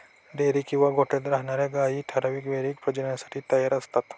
dairy किंवा गोठ्यात राहणार्या गायी ठराविक वेळी प्रजननासाठी तयार असतात